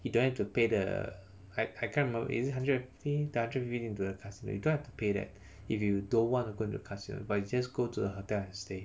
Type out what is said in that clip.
you don't have to pay the I I can't remember is it one hundred and fifty the hundred fifty into the casino you don't have to pay that if you don't want to go into casino but you just go to the hotel and stay